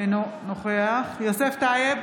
אינו נוכח יוסף טייב,